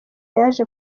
yaje